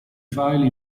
file